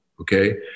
okay